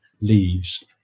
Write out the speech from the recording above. leaves